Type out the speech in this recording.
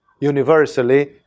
universally